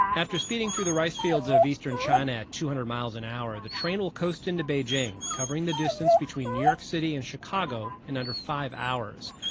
after speeding through the rice fields of eastern china at two hundred miles an hour, the train will coast into beijing, covering the distance between new york city and chicago in under five hours.